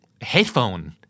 Headphone